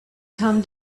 come